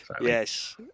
yes